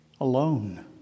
alone